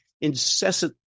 incessant